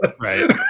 right